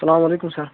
اسلام علیکُم سر